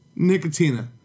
Nicotina